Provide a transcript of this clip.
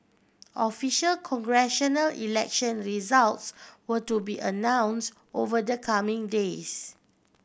official congressional election results were to be announce over the coming days